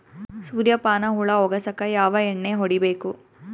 ಸುರ್ಯಪಾನ ಹುಳ ಹೊಗಸಕ ಯಾವ ಎಣ್ಣೆ ಹೊಡಿಬೇಕು?